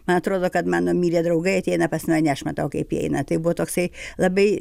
man atrodo kad mano mirę draugai ateina pas mane aš matau kaip jie eina tai buvo toksai labai